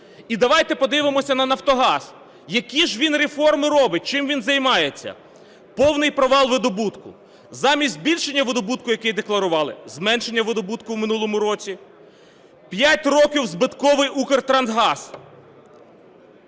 І давайте подивимося на "Нафтогаз". Які ж він реформи робить? Чим він займається? Повний провал видобутку. Замість збільшення видобутку, який декларували, зменшення видобутку у минулому році. 5 років збитковий "Укртрансгаз".